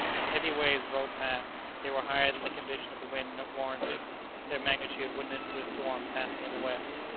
the heavy waves rolled past they were higher than the condition of the wind warranted their magnitude witnessed to a storm passing in the west,